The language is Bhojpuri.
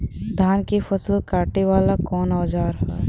धान के फसल कांटे वाला कवन औजार ह?